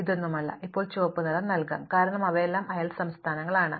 ഇതൊന്നുമല്ല ഇപ്പോൾ ചുവപ്പ് നിറം നൽകാം കാരണം അവയെല്ലാം അയൽ സംസ്ഥാനങ്ങളാണ്